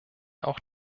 auch